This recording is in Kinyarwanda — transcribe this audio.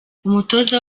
umutoza